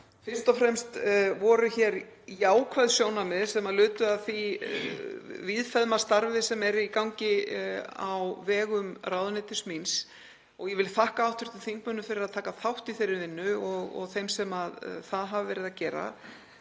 Fyrst og fremst voru hér jákvæð sjónarmið sem lutu að því víðfeðma starfi sem er í gangi á vegum ráðuneytis míns. Ég vil þakka hv. þingmönnum fyrir að taka þátt í þeirri vinnu og þeim sem það hafa verið að gera